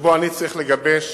שבו אני צריך לגבש